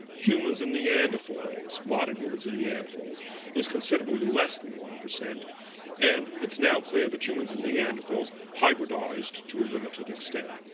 humans and neanderthals, modern humans and neanderthals is considerably less than one. and it's now clear that humans and neanderthals hybridized to a limited extent.